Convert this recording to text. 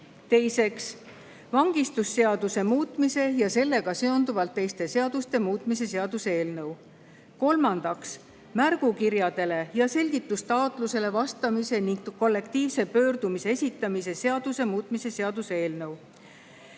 Teiseks, vangistusseaduse muutmise ja sellega seonduvalt teiste seaduste muutmise seaduse eelnõu. Kolmandaks, märgukirjale ja selgitustaotlusele vastamise ning kollektiivse pöördumise esitamise seaduse muutmise seaduse eelnõu.